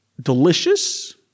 delicious